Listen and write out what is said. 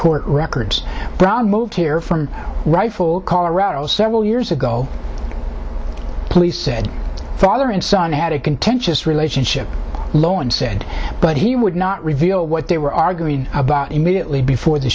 court records brown moved here from rifle colorado several years ago police said father and son had a good tension relationship lawrence said but he would not reveal what they were arguing about immediately before the